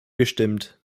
gestimmt